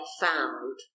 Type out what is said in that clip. found